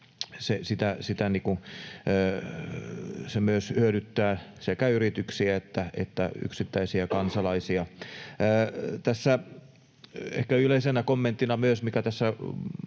Se hyödyttää sekä yrityksiä että yksittäisiä kansalaisia. Ehkä yleisenä kommenttina myös se, mikä aika